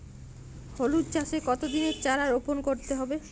হলুদ চাষে কত দিনের চারা রোপন করতে হবে?